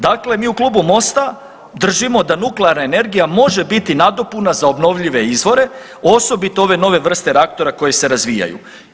Dakle, mi u Klubu Mosta držimo da nuklearna energija može biti nadopuna za obnovljive izvore, osobito ove nove vrste reaktora koji se razvijaju.